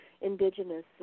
indigenous